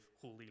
holy